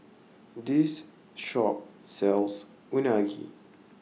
This Shop sells Unagi